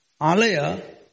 Alaya